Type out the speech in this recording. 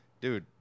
Dude